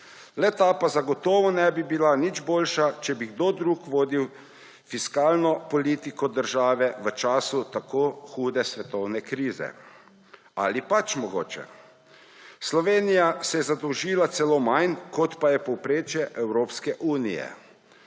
Le-ta pa zagotovo ne bi bila nič boljša, če bi kdo drug vodil fiskalno politiko države v času tako hude svetovne krize. Ali pač mogoče? Slovenija se je zadolžila celo manj, kot pa je povprečje Evropske unije.